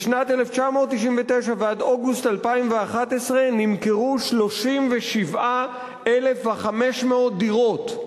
משנת 1999 עד אוגוסט 2011 נמכרו 37,500 דירות,